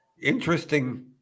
Interesting